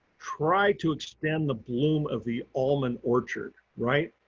try to extend the bloom of the almond orchard right?